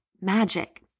magic